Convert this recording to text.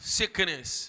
sickness